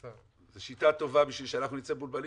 זו שיטה טובה בשביל שאנחנו נצא מבולבלים,